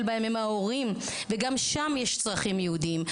בהם זה ההורים וגם שם יש צרכים ייעודיים.